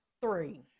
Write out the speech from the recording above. Three